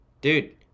Dude